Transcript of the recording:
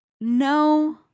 No